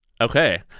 Okay